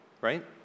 Right